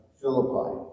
Philippi